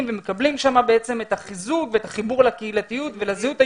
ומקבלים שם את החיזוק ואת החיבור לקהילתיות ולזהות היהודית.